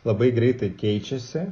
labai greitai keičiasi